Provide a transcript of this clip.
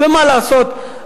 ומה לעשות,